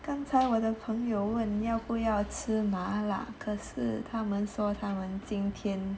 刚才我的朋友问你要不要吃麻辣可是他们说他们今天